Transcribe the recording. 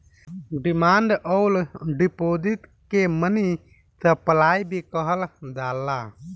demand अउर deposit के money supply भी कहल जाला